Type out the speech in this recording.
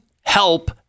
help